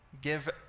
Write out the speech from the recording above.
give